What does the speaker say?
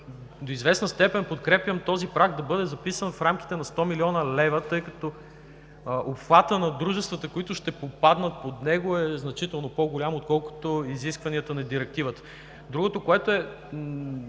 До известна степен подкрепям този праг да бъде записан в рамките на 100 млн. лв., тъй като обхватът на дружествата, които ще попаднат под него, е значително по-голям, отколкото изискванията на Директивата. Другото, което е,